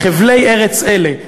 חבלי ארץ אלה,